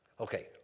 Okay